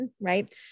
right